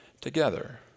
together